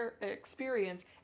experience